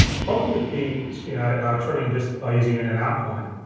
the problem with the yeah trimming just by using in in and out point